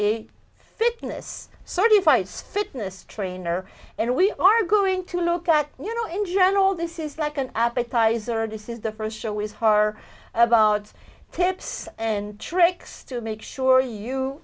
fights fitness trainer and we are going to look at you know in general this is like an appetizer disses the first show was her about tips and tricks to make sure you